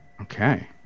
Okay